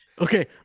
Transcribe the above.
Okay